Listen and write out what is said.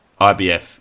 IBF